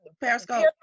Periscope